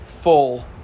full